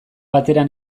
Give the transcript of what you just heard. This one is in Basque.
batera